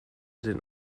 den